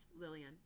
Lillian